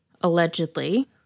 allegedly